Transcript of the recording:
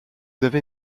avez